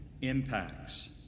impacts